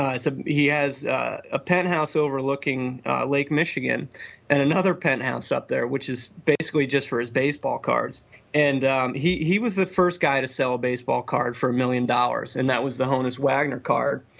ah ah he has a penthouse overlooking lake michigan and another penthouse up there which is basically just for his baseball cards and um he he was the first guy to sell a baseball card for a million dollars and that was the honus wagner card,